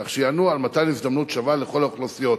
כך שיענו על מתן הזדמנות שווה לכל האוכלוסיות.